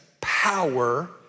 power